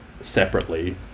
separately